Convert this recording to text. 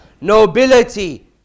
nobility